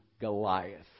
Goliath